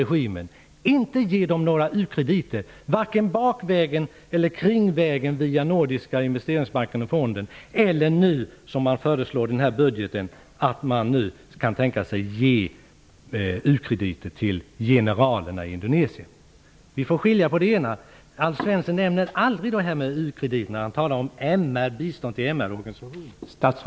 Vi skall inte ge dem några u-krediter, varken bakvägen eller kringvägen via den nordiska investeringsbanken och investeringsfonden eller som det föreslås i budgeten. Där kan man tänka sig att ge u-krediter till generalerna i Indonesien. Vi får lov att skilja på detta. Alf Svensson nämner inte detta med u-krediter. Han talar om bistånd till MR